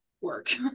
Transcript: work